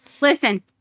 Listen